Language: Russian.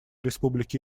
республики